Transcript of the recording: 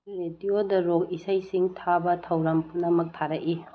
ꯔꯦꯗꯤꯑꯣꯗ rock ꯏꯁꯩꯁꯤꯡ ꯊꯥꯕ ꯊꯧꯔꯝ ꯄꯨꯝꯅꯃꯛ ꯊꯥꯔꯛꯏ